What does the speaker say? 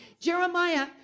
Jeremiah